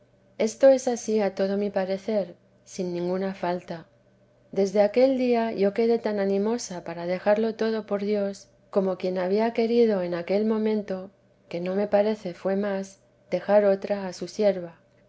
esto es ansí a todo mi parecer sin ninguna falta desde aquel día yo quedé tan animosa para dejarlo todo por dios como quien había querido en aquel momento que no me parece fué más dejar otra asusierva ansí